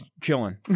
chilling